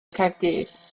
caerdydd